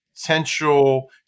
potential